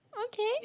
okay